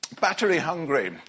battery-hungry